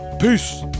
peace